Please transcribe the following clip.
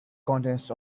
contests